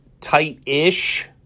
tight-ish